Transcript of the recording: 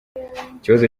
ikibazo